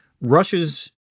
Russia's